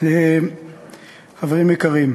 חברים יקרים,